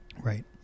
Right